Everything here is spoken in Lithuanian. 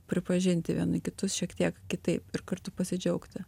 pripažinti vieni kitus šiek tiek kitaip ir kartu pasidžiaugti